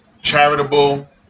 charitable